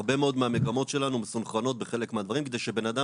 הרבה מאוד מהמגמות שלנו מסונכרנות בחלק מהדברים כדי שבן אדם,